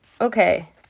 Okay